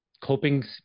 coping